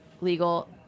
legal